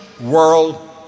world